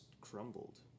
crumbled